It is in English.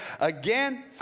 Again